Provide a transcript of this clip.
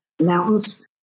mountains